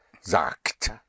sagt